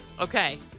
Okay